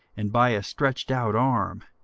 and by a stretched out arm,